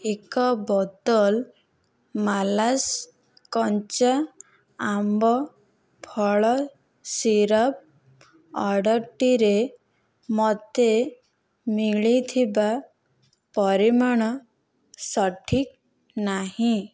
ଏକ ବୋତଲ ମାଲାସ କଞ୍ଚା ଆମ୍ବ ଫଳ ସିରପ୍ ଅର୍ଡ଼ର୍ଟିରେ ମୋତେ ମିଳିଥିବା ପରିମାଣ ସଠିକ୍ ନାହିଁ